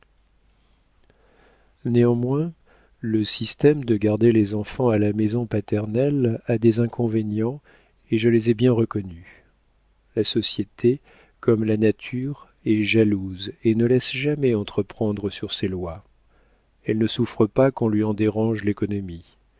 néanmoins le système de garder les enfants à la maison paternelle a des inconvénients et je les ai bien reconnus la société comme la nature est jalouse et ne laisse jamais entreprendre sur ses lois elle ne souffre pas qu'on lui en dérange l'économie